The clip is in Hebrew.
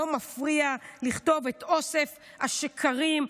לא מפריע לכתוב את אוסף השקרים,